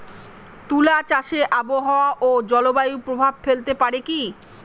তুলা চাষে আবহাওয়া ও জলবায়ু প্রভাব ফেলতে পারে কি?